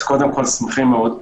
אז קודם כול, שמחים מאוד.